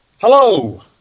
hello